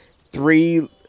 three